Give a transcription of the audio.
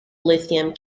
lithium